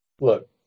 look